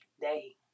Day